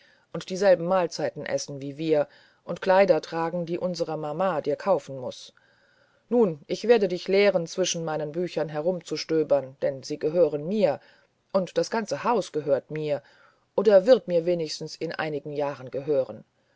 und dieselben mahlzeiten essen wie wir und kleider tragen die unsere mama dir kaufen muß nun ich werde dich lehren zwischen meinen büchern umherzustöbern denn sie gehören mir und das ganze haus gehört mir oder wird mir wenigstens in einigen jahren gehören